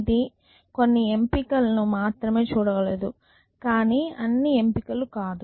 ఇది కొన్ని ఎంపికలను మాత్రమే చూడగలదు కానీ అన్ని ఎంపికలు కాదు